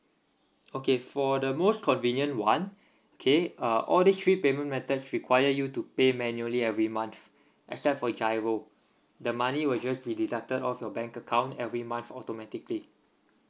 okay for the most convenient one okay uh all these three payment methods require you to pay manually every month except for giro the money will just be deducted off your bank account every month automatically